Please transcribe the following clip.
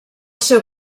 seu